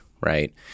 right